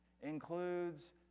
includes